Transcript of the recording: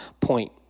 point